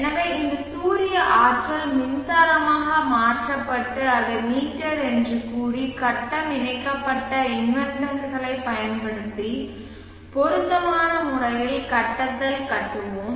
எனவே இந்த சூரிய ஆற்றல் மின்சாரமாக மாற்றப்பட்டு அதை மீட்டர் என்று கூறி கட்டம் இணைக்கப்பட்ட இன்வெர்ட்டர்களைப் பயன்படுத்தி பொருத்தமான முறையில் கட்டத்தில் கட்டுவோம்